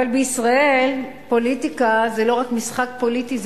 אבל בישראל פוליטיקה זה לא רק משחק פוליטי,